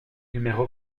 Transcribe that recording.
numéro